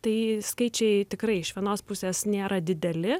tai skaičiai tikrai iš vienos pusės nėra dideli